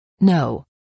No